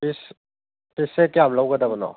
piece ꯄꯤꯁꯁꯦ ꯀꯌꯥꯝ ꯂꯧꯒꯗꯕꯅꯣ